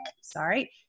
sorry